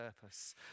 purpose